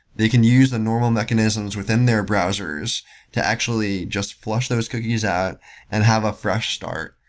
they can use the normal mechanisms within their browsers to actually just flush those cookies out and have a fresh start.